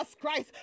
Christ